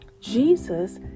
Jesus